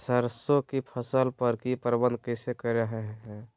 सरसों की फसल पर की प्रबंधन कैसे करें हैय?